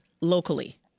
locally